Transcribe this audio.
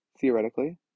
theoretically